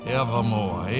evermore